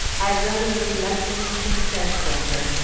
i wrung a reluctant consent from her,